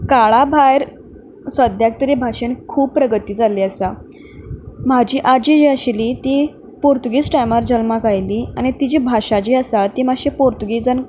काळा भायर सद्द्याक तरी भाशेन खूब प्रगती जाल्ली आसा म्हाजी आजी जी आशिल्ली ती पोर्तुगेज टायमार जल्माक आयल्ली आनी तिजी भाशा जी आसा ती मातशी पोर्तुगेजान